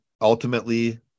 ultimately